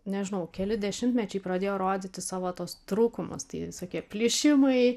nežinau keli dešimtmečiai pradėjo rodyti savo tuos trūkumus tai visokie plyšimai